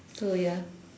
so ya